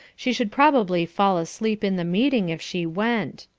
she should probably fall asleep in the meeting if she went.